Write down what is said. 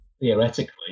Theoretically